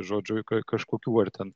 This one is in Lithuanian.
žodžiu kažkokių ar ten